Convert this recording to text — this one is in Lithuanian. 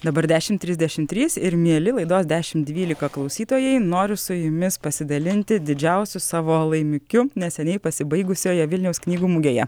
dabar dešimt trisdešimt trys ir mieli laidos dešimt dvylika klausytojai noriu su jumis pasidalinti didžiausiu savo laimikiu neseniai pasibaigusioje vilniaus knygų mugėje